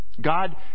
God